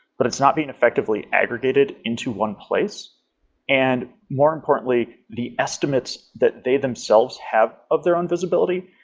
but it's not being effectively aggregated into one place and more importantly, the estimates that they themselves have of their own visibility,